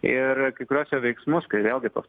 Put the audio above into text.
ir kai kuriuos jo veiksmus kai vėlgi tuos